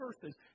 verses